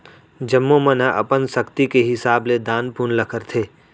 जम्मो मन ह अपन सक्ति के हिसाब ले दान पून ल करथे